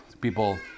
people